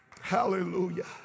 hallelujah